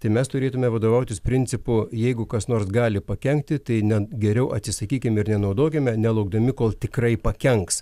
tai mes turėtume vadovautis principu jeigu kas nors gali pakenkti tai ne geriau atsisakykime ir nenaudokime nelaukdami kol tikrai pakenks